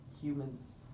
humans